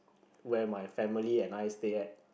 where my family and I stay at